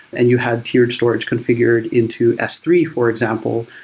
and you had tiered storage configured into s three, for example,